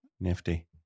Nifty